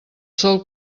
sol